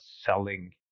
selling